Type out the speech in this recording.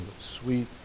sweet